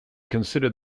considered